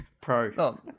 Pro